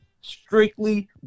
Strictly